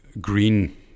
green